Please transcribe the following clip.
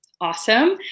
Awesome